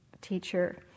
teacher